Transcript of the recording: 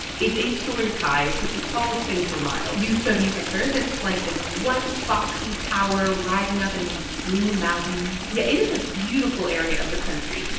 it's eight stories high. it's, like, the tallest thing for miles you showed me pictures. it's like this white, boxy tower rising up in these blue mountains yeah, it is a beautiful area of the country.